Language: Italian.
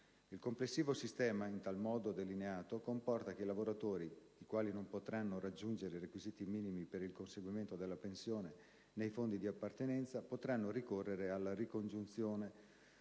Il complessivo sistema in tal modo delineato comporta che i lavoratori i quali non potranno raggiungere i requisiti minimi per il conseguimento della pensione nei fondi di appartenenza potranno ricorrere alla ricongiunzione,